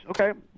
okay